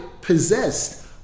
possessed